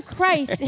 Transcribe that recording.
Christ